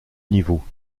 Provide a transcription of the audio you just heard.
niveaux